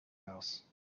house